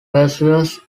perseus